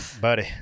Buddy